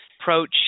approach